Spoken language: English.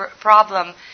problem